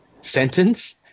sentence